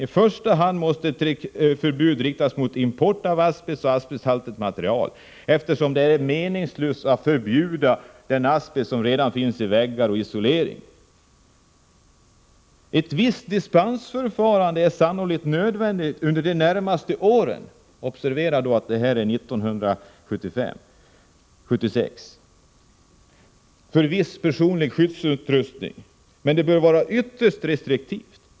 I första hand måste förbud riktas mot import av asbest och asbesthaltigt material, eftersom det är meningslöst att förbjuda den asbest som redan finns i väggar och i isolering. Ett visst dispensförfarande är sannolikt nödvändigt under de närmaste åren — observera att det här är vad som sades under 1975/76 års riksmöte — för viss personlig skyddsutrustning, men det bör vara ytterst restriktivt.